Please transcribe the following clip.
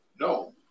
No